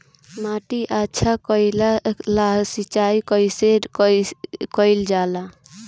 माटी अच्छा कइला ला सिंचाई कइसे कइल जाला?